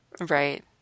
Right